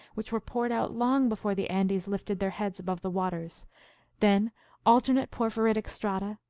which were poured out long before the andes lifted their heads above the waters then alternate porphyritic strata,